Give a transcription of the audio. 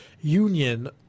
union